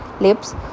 lips